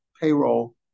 payroll